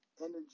energy